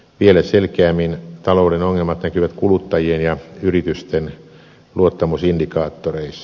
vielä selkeämmin talouden ongelmat näkyvät kuluttajien ja yritysten luottamusindikaattoreissa